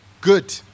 good